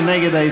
מי נגד?